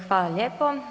Hvala lijepo.